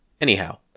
Anyhow